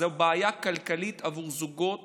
זו בעיה כלכלית עבור זוגות